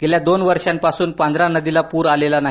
गेल्या दोनवर्षापासून पांझरा नदीला पूर आलेला नाही